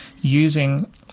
using